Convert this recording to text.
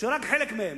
רק חלק מהם.